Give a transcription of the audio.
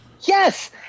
Yes